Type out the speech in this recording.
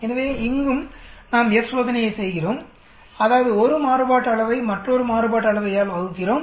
எனவே இங்கும் நாம் F சோதனையை செய்கிறோம் அதாவது 1 மாறுபாட்டு அளவை மற்றொரு மாறுபாட்டு அளவையால் வகுக்கிறோம்